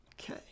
Okay